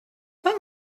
pas